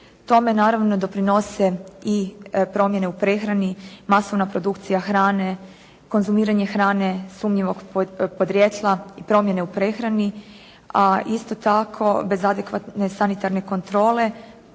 Tome naravno doprinose i promjene u prehrani, masovna produkcija hrane, konzumiranje hrane sumnjivog podrijetla, promjene u prehrani, a isto tako bez adekvatne sanitarne kontrole,